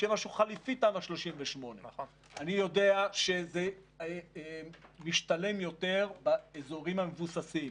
שיהיה משהו חליפי תמ"א 38. אני יודע שזה משתלם יותר באזורים המבוססים,